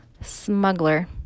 Smuggler